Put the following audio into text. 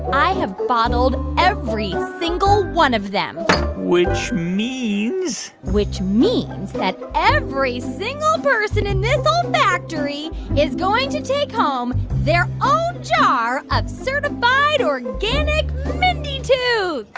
i have bottled every single one of them which means. which means that every single person in this olfactory is going to take home their own jar of certified, organic mindy toots